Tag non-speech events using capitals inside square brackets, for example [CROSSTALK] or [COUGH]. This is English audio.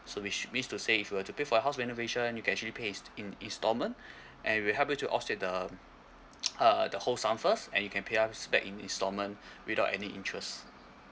so which mean to say if you were to pay for your house renovation you can actually pay in in installment [BREATH] and we'll help you to offset the uh the whole sum first and you can pay us back in installment [BREATH] without any interest